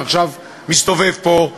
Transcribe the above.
שעכשיו מסתובב פה,